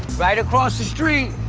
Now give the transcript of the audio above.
right across the street.